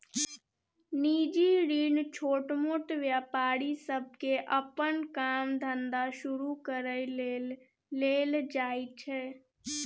निजी ऋण छोटमोट व्यापारी सबके अप्पन काम धंधा शुरू करइ लेल लेल जाइ छै